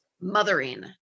mothering